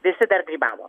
visi dar grybavo